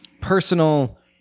Personal